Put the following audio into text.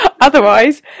Otherwise